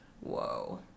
Whoa